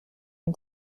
and